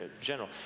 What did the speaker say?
general